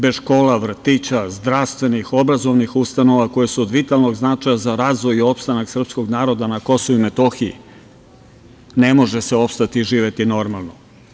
Bez škola, vrtića, zdravstvenih, obrazovnih ustanova koje su od vitalnog značaja za razvoj i opstanak srpskog naroda na Kosovu i Metohiji, ne može se opstati i živeti normalno.